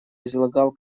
излагал